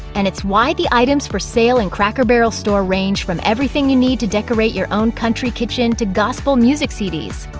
and it's why the items for sale in the cracker barrel store range from everything you need to decorate your own country kitchen to gospel music cds.